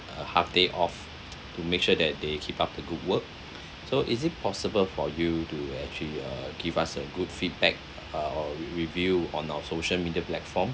a half day off to make sure that they keep up the good work so is it possible for you to actually uh give us a good feedback uh or review on our social media platform